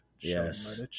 Yes